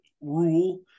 rule